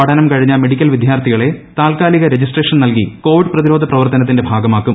പഠനം കഴിഞ്ഞ മെഡിക്കൽ വിദ്യാർഥികളെ താത്കാലിക രജിസ്ട്രേഷൻ നൽകി കൊവിഡ് പ്രതിരോധ പ്രവർത്തനത്തിന്റെ ഭാഗമാക്കും